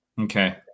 Okay